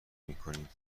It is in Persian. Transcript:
میکنیم